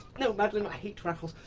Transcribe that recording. no, madeleine, i hate raffles.